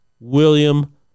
William